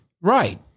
Right